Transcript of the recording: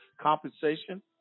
compensation